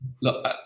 Look